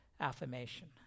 Affirmation